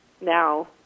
now